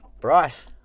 Bryce